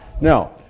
Now